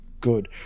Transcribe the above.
good